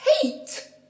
hate